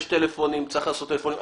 יש טלפונים, צריך לעשות טלפונים.